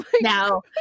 Now